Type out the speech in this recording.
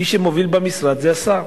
מי שמוביל במשרד זה השר.